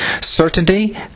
certainty